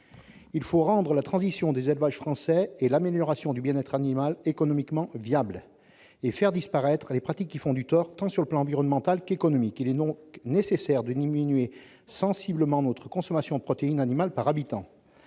devons rendre la transition des élevages français et l'amélioration du bien-être animal économiquement viables, tout en faisant disparaître les pratiques qui font du tort tant sur le plan environnemental qu'économique. Il est donc nécessaire de diminuer sensiblement notre consommation de protéines animales par habitant.